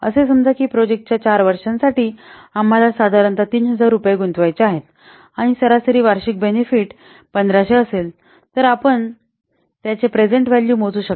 असे समजा की प्रोजेक्ट च्या चार वर्षां साठी आम्हाला साधारणत 3000 रुपये गुंतवायचे आहेत आणि सरासरी वार्षिक बेनिफिट 1500 असेल तर आता आपण त्याचे प्रेझेन्ट व्हॅल्यू मोजू शकता